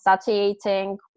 satiating